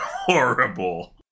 horrible